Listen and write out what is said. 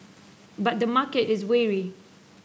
but the market is wary